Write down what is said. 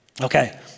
Okay